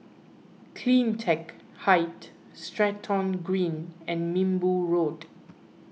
CleanTech Height Stratton Green and Minbu Road